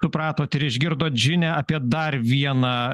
supratot ir išgirdot žinią apie dar vieną